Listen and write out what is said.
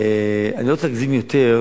אני לא רוצה להגזים יותר,